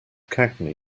cagney